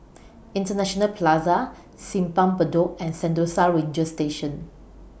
International Plaza Simpang Bedok and Sentosa Ranger Station